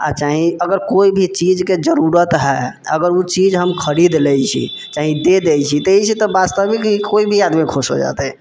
आओर चाही अगर कोइ भी चीजके जरूरत है अगर उ चीज हम खरीद लै छी चाहे दे दै छी तऽ अइसँ तऽ वास्तविक है कोइ भी आदमी खुश हो जेतै